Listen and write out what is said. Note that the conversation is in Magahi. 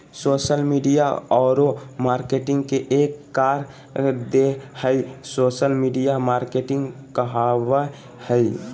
सोशल मिडिया औरो मार्केटिंग के एक कर देह हइ सोशल मिडिया मार्केटिंग कहाबय हइ